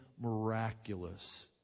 miraculous